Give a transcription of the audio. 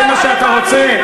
זה מה שאתה רוצה,